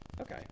Okay